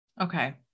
Okay